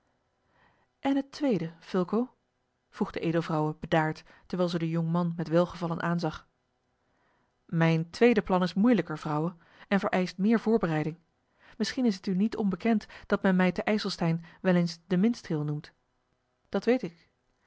en het tweede fulco vroeg de edelvrouwe bedaard terwijl ze den jongman met welgevallen aanzag mijn tweede plan is moeilijker vrouwe en vereischt meer voorbereiding misschien is het u niet onbekend dat men mij te ijselstein wel eens den minstreel noemt dat weet ik